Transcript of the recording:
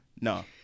No